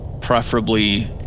preferably